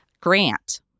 Grant